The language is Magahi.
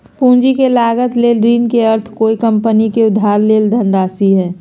पूंजी के लागत ले ऋण के अर्थ कोय कंपनी से उधार लेल धनराशि हइ